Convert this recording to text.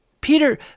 Peter